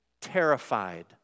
terrified